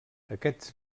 aquests